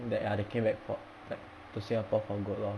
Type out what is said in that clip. the ya they came back for like to singapore for good lor